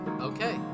okay